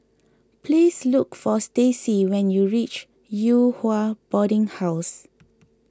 please look for Stacey when you reach Yew Hua Boarding House